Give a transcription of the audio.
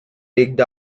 picked